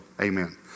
Amen